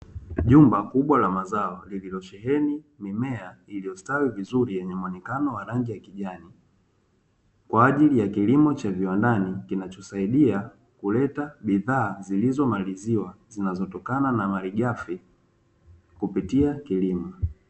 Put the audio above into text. Jumba kubwa la mazao lililo sheheni mimea iliyostawi vizuri yenye muonekano wa rangi yakijani, kwa ajili ya kilimo cha viwandani kinachosaidia kuleta bidhaa zilizo maliziwa zinazotokana na malighafi kupitia kilimo.